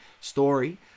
story